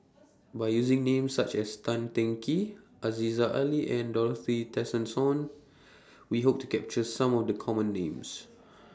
By using Names such as Tan Teng Kee Aziza Ali and Dorothy Tessensohn We Hope to capture Some of The Common Names